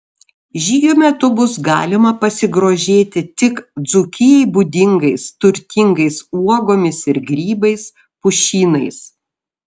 žygio metu bus galima pasigrožėti tik dzūkijai būdingais turtingais uogomis ir grybais pušynais